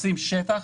מחפשים שטח.